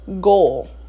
goal